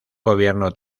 gobierno